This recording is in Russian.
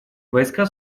войска